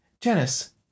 Janice